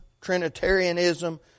Trinitarianism